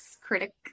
critic